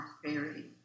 prosperity